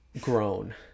grown